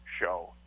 show